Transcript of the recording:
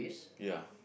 ya